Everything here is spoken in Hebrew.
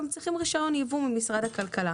הם צריכים רישיון ליבוא ממשרד הכלכלה.